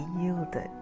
yielded